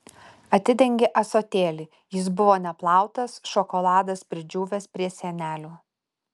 atidengė ąsotėlį jis buvo neplautas šokoladas pridžiūvęs prie sienelių